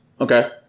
Okay